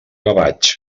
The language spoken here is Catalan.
gavatx